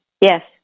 Yes